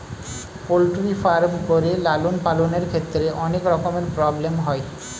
poultry farm করে লালন পালনের ক্ষেত্রে অনেক রকমের প্রব্লেম হয়